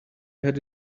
had